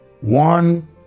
one